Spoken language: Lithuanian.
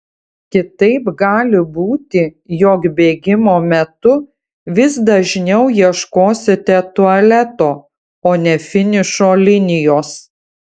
kitaip gali būti jog bėgimo metu vis dažniau ieškosite tualeto o ne finišo linijos